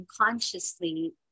unconsciously